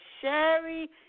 Sherry